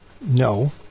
No